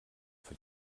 für